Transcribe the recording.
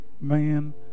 man